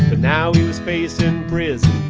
now he was facing prison